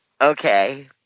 okay